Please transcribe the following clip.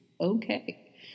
okay